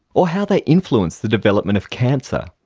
or how they influence the development of cancer?